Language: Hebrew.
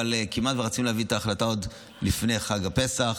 אבל כמעט רצינו להביא את ההחלטה עוד לפני חג הפסח.